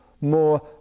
more